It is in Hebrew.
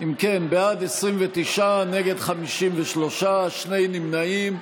אם כן, בעד, 29, נגד, 53, שני נמנעים.